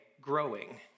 growing